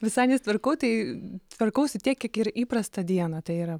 visai nesitvarkau tai tvarkausi tiek kiek ir įprastą dieną tai yra